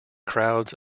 crowds